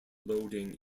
loading